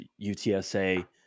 UTSA